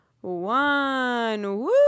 one